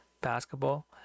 basketball